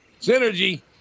Synergy